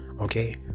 okay